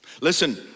Listen